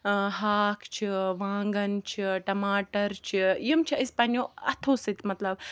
ہاکھ چھُ وانٛگَن چھِ ٹَماٹَر چھِ یِم چھِ أسۍ پَننٮ۪و اَتھو سۭتۍ مَطلَب